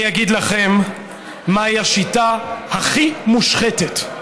אני אגיד לכם מה היא השיטה הכי מושחתת,